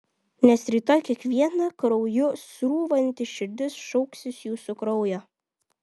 nes rytoj kiekviena krauju srūvanti širdis šauksis jūsų kraujo